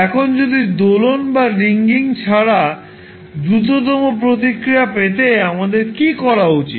এখন দোলন বা রিঙ্গিং ছাড়া দ্রুততম প্রতিক্রিয়া পেতে আমাদের কী করা উচিত